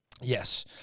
Yes